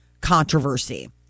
controversy